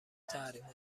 تحریما